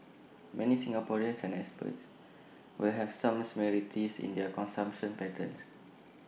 many Singaporeans and expats will have some similarities in their consumption patterns